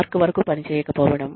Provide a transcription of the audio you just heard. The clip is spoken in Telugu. మార్క్ వరకు పని చేయకపోవడం